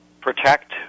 protect